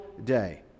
day